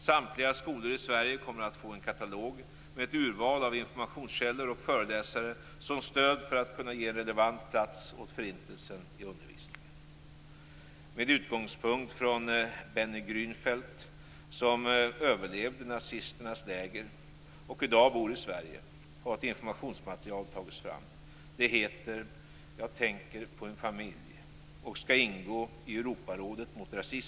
Samtliga skolor i Sverige kommer att få en katalog med ett urval av informationskällor och föreläsare som stöd för att kunna ge en relevant plats åt Förintelsen i undervisningen. Med utgångspunkt från Benny Grünfeld, som överlevde nazisternas läger och i dag bor i Sverige, har ett informationsmaterial tagits fram. Det heter Jag tänker på en familj och skall ingå i det större paket Hur är läget?